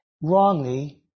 wrongly